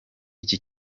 iki